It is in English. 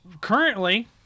currently